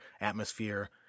atmosphere